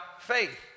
faith